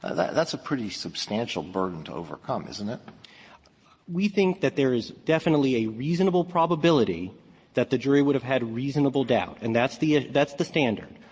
ah that that's a pretty substantial burden to overcome, isn't it? williams we think that there is definitely a reasonable probability that the jury would have had reasonable doubt, and that's the that's the standard,